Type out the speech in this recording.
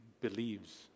believes